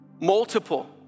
multiple